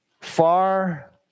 Far